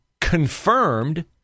confirmed